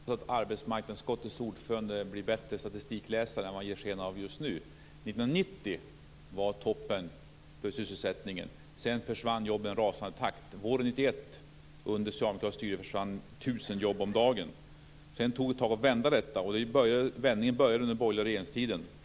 Fru talman! Jag hoppas att arbetsmarknadsutskottets ordförande blir en bättre statistikläsare än han ger sken av just nu. 1990 var toppen för sysselsättningen. Sedan försvann jobben i rasande takt. Våren 1991, under socialdemokratiskt styre, försvann tusen jobb om dagen. Det tog ett tag att vända detta. Vändningen började under den borgerliga regeringstiden.